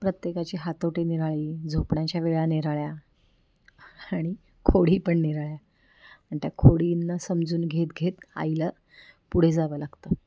प्रत्येकाची हातोटी निराळी झोपण्याच्या वेळा निराळ्या आणि खोडी पण निराळ्या आणि त्या खोडींना समजून घेत घेत आईला पुढे जावं लागतं